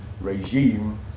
regime